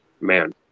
man